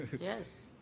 Yes